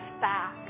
back